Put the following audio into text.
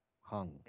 hung